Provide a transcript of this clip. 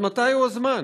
אז מתי הוא הזמן?